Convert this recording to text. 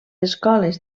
escoles